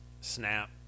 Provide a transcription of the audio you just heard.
Snap